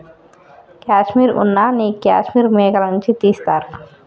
కాశ్మీర్ ఉన్న నీ కాశ్మీర్ మేకల నుంచి తీస్తారు